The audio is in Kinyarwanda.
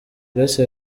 grace